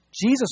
Jesus